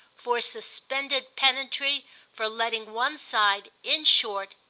for suspended pedantry for letting one side, in short,